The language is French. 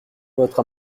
votre